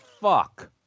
fuck